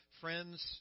friends